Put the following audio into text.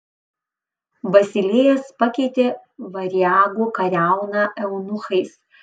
basilėjas pakeitė variagų kariauną eunuchais